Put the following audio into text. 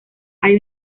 hay